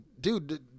dude